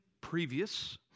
previous